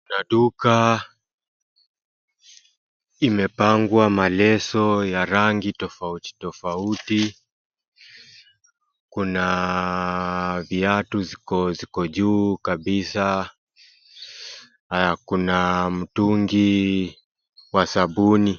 Kuna duka imepangwa maleso ya rangi tofautitofauti. Kuna viatu ziko juu kabisa. Kuna mtungi wa sabuni.